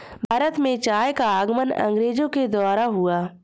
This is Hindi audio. भारत में चाय का आगमन अंग्रेजो के द्वारा हुआ